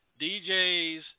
DJs